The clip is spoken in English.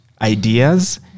ideas